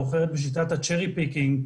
בשיטת הצ'רי פיקינג,